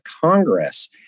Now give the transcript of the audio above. Congress